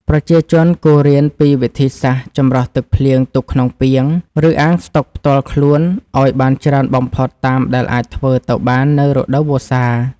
ប្រជាជនគួររៀនពីវិធីសាស្ត្រចម្រោះទឹកភ្លៀងទុកក្នុងពាង ឬអាងស្តុកផ្ទាល់ខ្លួនឱ្យបានច្រើនបំផុតតាមដែលអាចធ្វើទៅបាននៅរដូវវស្សា។